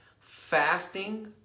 Fasting